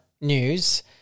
news